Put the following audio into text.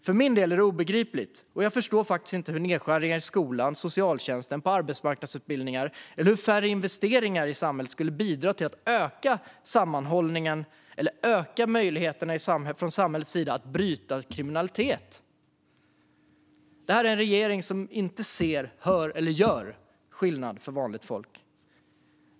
För min del är det obegripligt, och jag förstår faktiskt inte hur nedskärningar i skola, socialtjänst, arbetsmarknadsutbildningar eller investeringar i samhället kan bidra till att öka sammanhållningen eller öka samhällets möjligheter att bryta kriminalitet. Detta är en regering som inte ser, hör eller gör skillnad för vanligt folk.